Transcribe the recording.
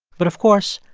but, of course,